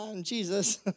Jesus